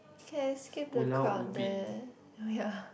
we can skip the crowd there oh ya